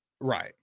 Right